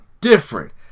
different